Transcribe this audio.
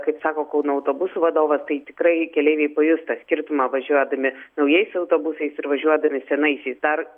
kaip sako kauno autobusų vadovas tai tikrai keleiviai pajus tą skirtumą važiuodami naujais autobusais ir važiuodami senaisiais dar